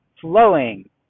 flowing